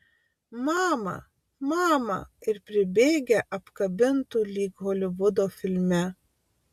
mama mama ir pribėgę apkabintų lyg holivudo filme